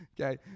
okay